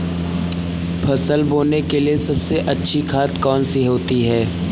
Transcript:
फसल बोने के लिए सबसे अच्छी खाद कौन सी होती है?